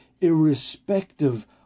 irrespective